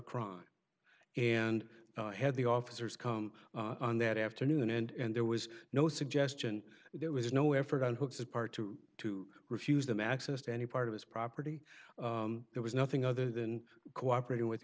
crime and had the officers come on that afternoon and there was no suggestion there was no effort on hooks apart to to refuse them access to any part of his property there was nothing other than cooperating with